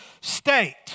state